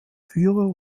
führer